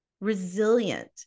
resilient